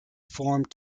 formed